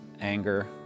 anger